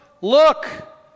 look